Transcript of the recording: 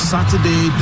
Saturday